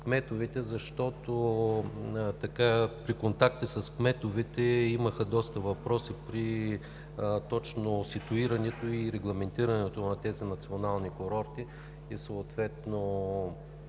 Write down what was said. кметовете, защото при контакти с кметовете, имаха доста въпроси при ситуирането и регламентирането на тези национални курорти и съответно